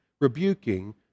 rebuking